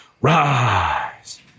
rise